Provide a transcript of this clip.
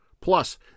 Plus